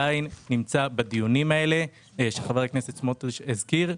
עדיין בדיונים שחבר הכנסת סמוטריץ' הזכיר,